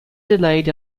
delayed